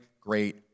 great